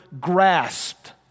grasped